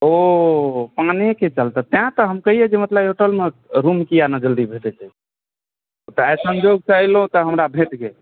ओ पानेके चलते तैँ तऽ हम कहिऐ मतलब मिथिलाञ्चलमे रूम किया नहि जल्दी भेटै छै ओ तऽ आइ सन्योगसँ एलहुँ तऽ हमरा भेट गेल